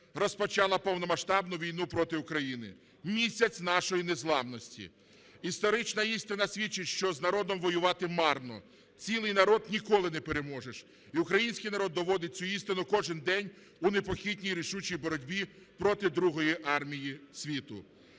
розпочала повномасштабну війну проти України. Місяць нашої незламності. Історична істина свідчить, що з народом воювати марно, цілий народ ніколи не переможеш. І український народ доводить цю істину кожен день у непохитній рішучій боротьби проти другої армії світу.